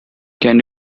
can